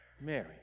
Mary